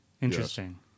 interesting